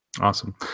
Awesome